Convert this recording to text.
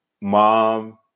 mom